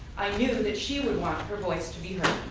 i knew that she would want her voice to be